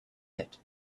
pit